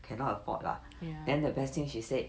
cannot afford lah then the best thing she said